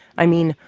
i mean,